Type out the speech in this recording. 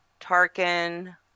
Tarkin